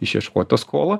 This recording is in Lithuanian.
išieškot tą skolą